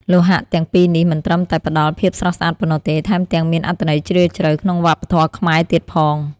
លោហៈទាំងពីរនេះមិនត្រឹមតែផ្តល់ភាពស្រស់ស្អាតប៉ុណ្ណោះទេ ថែមទាំងមានអត្ថន័យជ្រាលជ្រៅក្នុងវប្បធម៌ខ្មែរទៀតផង។